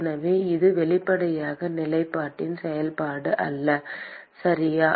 எனவே இது வெளிப்படையாக நிலைப்பாட்டின் செயல்பாடு அல்ல சரியா